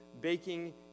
baking